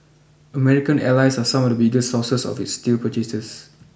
American allies are some of the biggest sources of its steel purchases